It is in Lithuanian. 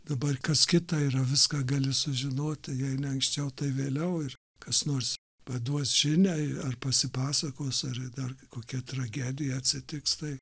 dabar kas kita yra viską gali sužinoti jei ne anksčiau tai vėliau ir kas nors paduos žinią ar pasipasakos ar dar kokia tragedija atsitiks tai